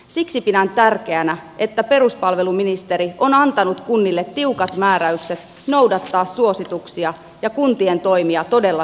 siksi pidän tärkeänä että peruspalveluministeri on antanut kunnille tiukat määräykset noudattaa suosituksia ja kuntien toimia todella seurataan